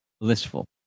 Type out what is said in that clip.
blissful